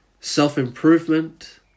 self-improvement